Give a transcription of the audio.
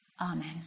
Amen